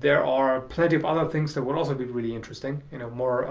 there are plenty of other things that would also be really interesting you know more